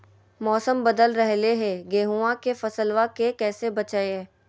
मौसम बदल रहलै है गेहूँआ के फसलबा के कैसे बचैये?